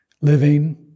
Living